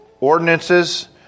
ordinances